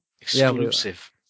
Exclusive